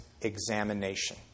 examination